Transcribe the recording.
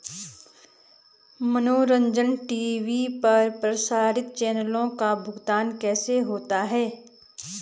मनोरंजन टी.वी पर प्रसारित चैनलों का भुगतान कैसे होता है?